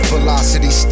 Velocity